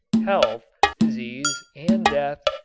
health, disease and death,